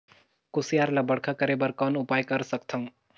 कुसियार ल बड़खा करे बर कौन उपाय कर सकथव?